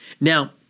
Now